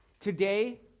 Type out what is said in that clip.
Today